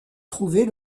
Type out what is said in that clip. trouver